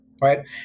right